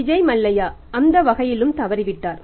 விஜய் மல்லையா அந்த வகையிலும் தவறிவிட்டார்